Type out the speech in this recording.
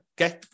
okay